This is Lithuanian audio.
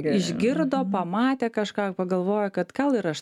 išgirdo pamatė kažką pagalvojo kad gal ir aš